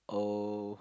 oh